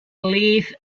leif